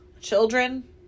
children